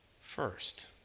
first